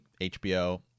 HBO